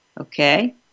Okay